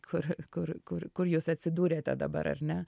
kur kur kur kur jūs atsidūrėte dabar ar ne